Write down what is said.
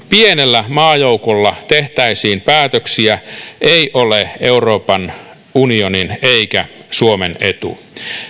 pienellä maajoukolla tehtäisiin päätöksiä ei ole euroopan unionin eikä suomen etu